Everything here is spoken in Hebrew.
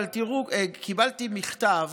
אבל תראו, קיבלתי מכתב